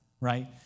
right